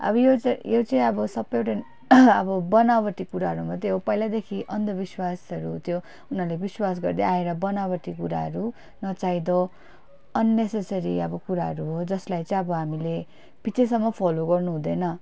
अब यो चाहिँ यो चाहिँ अब सबै एउटा अब बनावटी कुराहरू मात्रै हो पहिल्यैदेखि अन्धविस्वासहरू त्यो उनीहरूले विस्वास गर्दै आएर बनावटी कुराहरू नचाहिँदो अननेसेसरी अब कुराहरू हो जसलाई चाहिँ अब हामीले पछिसम्म फलो गर्नुहुँदैन